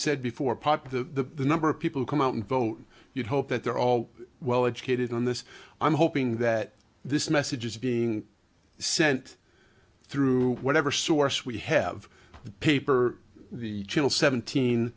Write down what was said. said before pop the number of people come out and vote you hope that they're all well educated on this i'm hoping that this message is being sent through whatever source we have paper the channel seventeen